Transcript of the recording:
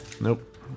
Nope